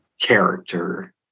character